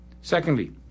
Secondly